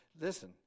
Listen